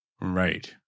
Right